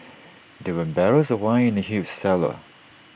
there were barrels of wine in the huge cellar